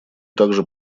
также